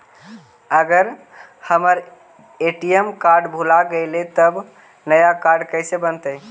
अगर हमर ATM card भुला गैलै हे तब नया काड कइसे बनतै?